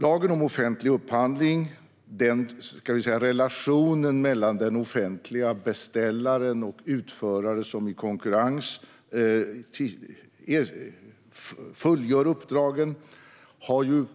Lagen om offentlig upphandling och relationen mellan den offentliga beställaren och utföraren, som i konkurrens fullgör uppdragen, har